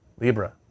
Libra